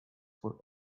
for